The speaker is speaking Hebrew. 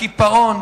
הקיפאון,